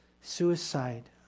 suicide